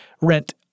rent